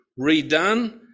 redone